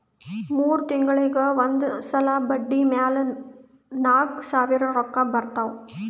ಮೂರ್ ತಿಂಗುಳಿಗ್ ಒಂದ್ ಸಲಾ ಬಡ್ಡಿ ಮ್ಯಾಲ ನಾಕ್ ಸಾವಿರ್ ರೊಕ್ಕಾ ಬರ್ತಾವ್